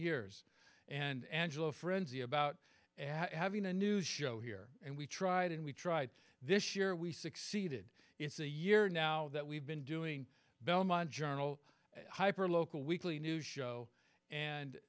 years and angela frenzy about having a new show here and we tried and we tried this year we succeeded it's a year now that we've been doing belmont journal hyper local weekly news show and